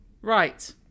Right